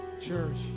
Church